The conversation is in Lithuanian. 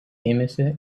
ėmėsi